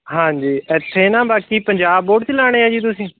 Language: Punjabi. ਹਾਂਜੀ ਇੱਥੇ ਨਾ ਬਾਕੀ ਪੰਜਾਬ ਬੋਰਡ 'ਚ ਲਗਾਉਣੇ ਆ ਜੀ ਤੁਸੀਂ